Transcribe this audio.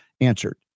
answered